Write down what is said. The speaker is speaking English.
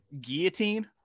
Guillotine